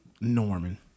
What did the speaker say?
Norman